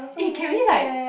eh can we like